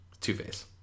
Two-Face